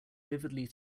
vividly